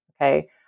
Okay